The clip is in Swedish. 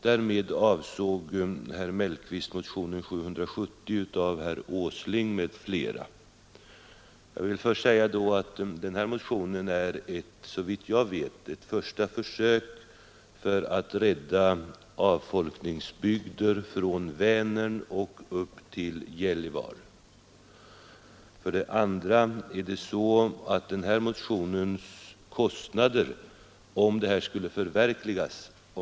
Därvid avsåg han motionen 770 av herr Åsling m.fl. För det första är den här motionen såvitt jag vet ett första försök att rädda avfolkningsbygder från Vänern upp till Gällivare. För det andra vet vi ingenting om kostnaderna, ifall motionens krav skulle förverkligas.